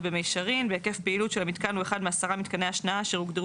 במישרין המיתקן הוא אחד מ-10 מיתקני ההשנאה אשר הוגשו